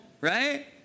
right